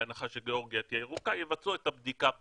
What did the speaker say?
בהנחה שגיאורגיה ירוקה, יבצעו את הבדיקה בארץ,